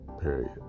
period